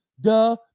duh